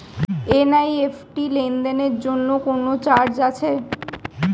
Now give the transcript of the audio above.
NEFT লেনদেনের জন্য কোন চার্জ আছে?